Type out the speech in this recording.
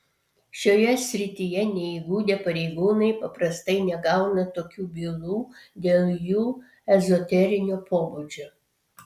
šioje srityje neįgudę pareigūnai paprastai negauna tokių bylų dėl jų ezoterinio pobūdžio